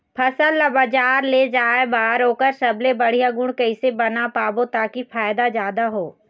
फसल ला बजार ले जाए बार ओकर सबले बढ़िया गुण कैसे बना पाबो ताकि फायदा जादा हो?